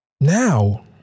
Now